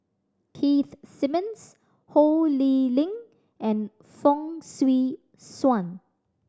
Keith Simmons Ho Lee Ling and Fong Swee Suan